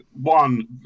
one